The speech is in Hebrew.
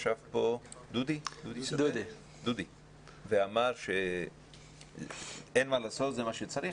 ישב פה דודי ואמר שאין מה לעשות, זה מה שצריך.